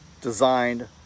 designed